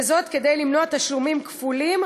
וזאת כדי למנוע תשלומים כפולים,